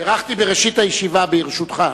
בירכתי בראשית הישיבה, ברשותך.